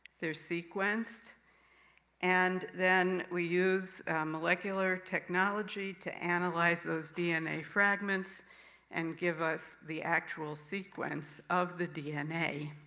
they're sequenced and then we use molecular technology to analyze those dna fragments and give us the actual sequence of the dna.